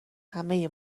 همه